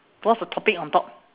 what's the topic on top